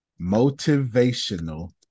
motivational